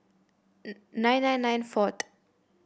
nine nine nine four